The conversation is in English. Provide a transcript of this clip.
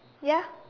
ya